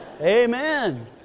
Amen